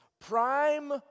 Prime